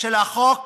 של החוק